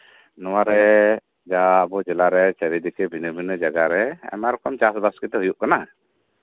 ᱱᱚᱶᱟᱨᱮ ᱡᱟ ᱟᱵᱚ ᱡᱮᱞᱟᱨᱮ ᱪᱟᱹᱨᱤᱫᱤᱠᱮ ᱵᱷᱤᱱᱟᱹ ᱵᱷᱤᱱᱟᱹ ᱡᱟᱭᱜᱟᱨᱮ ᱟᱭᱢᱟ ᱨᱚᱠᱚᱢ ᱪᱟᱥᱵᱟᱥ ᱜᱮᱛᱚ ᱦᱩᱭᱩᱜ ᱠᱟᱱᱟ